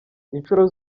inshuro